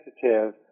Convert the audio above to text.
sensitive